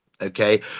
okay